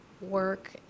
work